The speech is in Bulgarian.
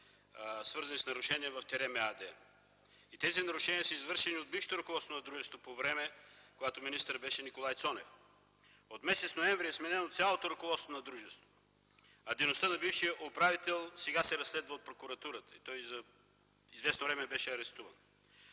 свързани с нарушения в „Терем” ЕАД. Тези нарушения са извършени от бившето ръководство на дружеството, когато министър беше Николай Цонев. От м. ноември е сменено цялото ръководство на дружеството, а дейността на бившия управител сега се разследва от прокуратурата. Той беше арестуван